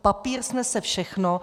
Papír snese všechno.